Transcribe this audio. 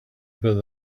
but